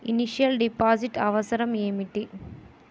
Initial deposit అవసరం ఏమిటి?